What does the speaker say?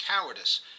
cowardice